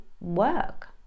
work